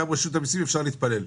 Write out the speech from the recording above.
גם רשות המיסים, אפשר להתפלל.